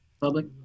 public